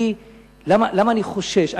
למה אני חושש?